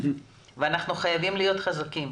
ואנחנו חייבים להיות חזקים,